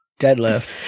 Deadlift